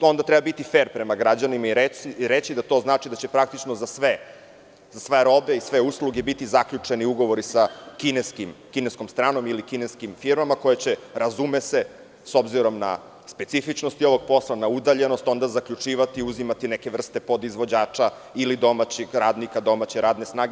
Onda treba biti fer prema građanima i reći da to znači da će praktično za sve robe i sve usluge biti zaključeni ugovori sa kineskom stranom ili kineskim firmama koje će, razume se, s obzirom na specifičnosti ovog posla, na udaljenost onda zaključivati i uzimati neke vrste podizvođača ili domaćeg radnika, domaće radne snage.